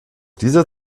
dieser